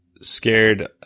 scared